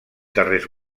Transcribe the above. darrers